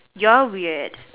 you're weird